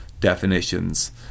definitions